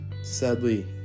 sadly